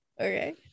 Okay